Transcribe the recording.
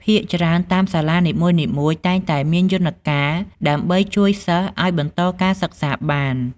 ភាគច្រើន តាមសាលានីមួយៗតែងតែមានយន្តការដើម្បីជួយសិស្សឲ្យបន្តការសិក្សាបាន។